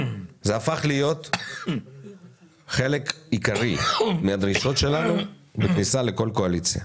זה הפך להיות חלק עיקרי מהדרישות שלנו בכניסה לכל קואליציה.